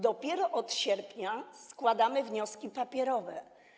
Dopiero od sierpnia składamy wnioski papierowe.